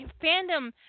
fandom